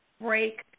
break